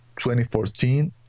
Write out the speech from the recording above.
2014